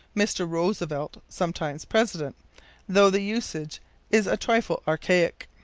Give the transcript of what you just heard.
mr. roosevelt, sometime president though the usage is a trifle archaic.